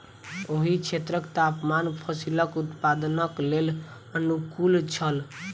ओहि क्षेत्रक तापमान फसीलक उत्पादनक लेल अनुकूल छल